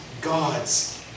God's